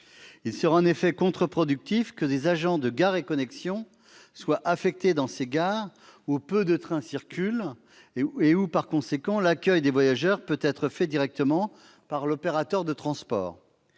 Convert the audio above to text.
Il serait, en effet, contre-productif que des agents de Gares et Connexions soient affectés dans ces gares où peu de trains circulent et où, par conséquent, l'accueil des voyageurs peut être assuré directement par l'opérateur de transport.